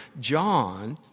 John